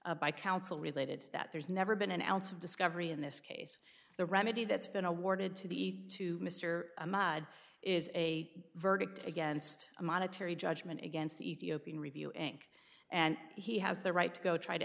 by counsel related that there's never been an ounce of discovery in this case the remedy that's been awarded to the to mr a mad is a verdict against a monetary judgment against ethiopian review inc and he has the right to go try to